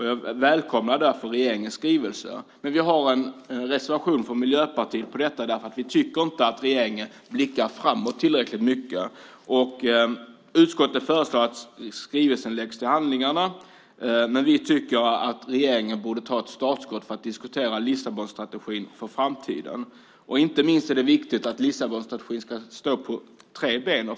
Jag välkomnar därför regeringens skrivelse. Men vi har en reservation från Miljöpartiet om detta, för vi tycker inte att regeringen blickar framåt tillräckligt mycket. Utskottet föreslår att skrivelsen läggs till handlingarna, men vi tycker att regeringen borde ta den som ett startskott för att diskutera Lissabonstrategin för framtiden. Inte minst är det viktigt att Lissabonstrategin ska stå på tre ben.